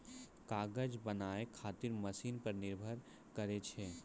कागज बनाय खातीर मशिन पर निर्भर करै छै